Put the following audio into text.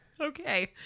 Okay